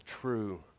true